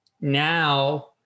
Now